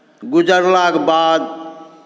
गुजरलाक बाद